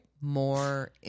More